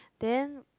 then